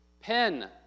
pen